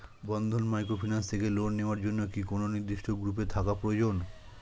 বন্ধন microfinance থেকে loan নেওয়ার জন্য কি কোন নির্দিষ্ট গ্রুপে থাকা প্রয়োজন?